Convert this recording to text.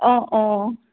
অঁ অঁ